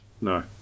No